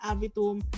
Avitum